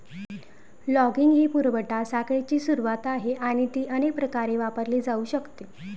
logging ही पुरवठा साखळीची सुरुवात आहे आणि ती अनेक प्रकारे वापरली जाऊ शकते